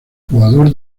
jugador